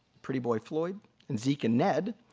pretty boy floyd and zeke and ned,